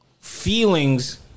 feelings